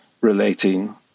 relating